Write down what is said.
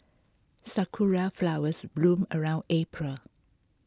sakura flowers bloom around April